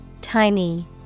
Tiny